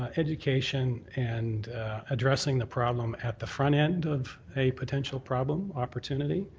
ah education and addressing the problem at the front end of a potential problem, opportunity,